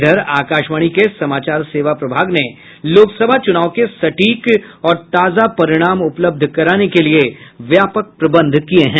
इधर आकाशवाणी के समाचार सेवा प्रभाग ने लोकसभा चुनाव के सटीक और ताजा परिणाम उपलब्ध कराने के लिये व्यापक प्रबंध किये हैं